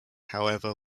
however